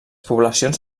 poblacions